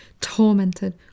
tormented